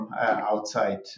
outside